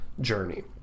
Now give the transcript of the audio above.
journey